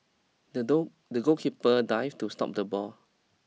the door the goalkeeper dived to stop the ball